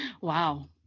Wow